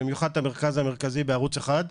במיוחד את המרכז המרכזי בערוץ אחד,